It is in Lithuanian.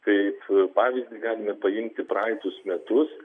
kaip pavyzdį galime paimti praeitus metus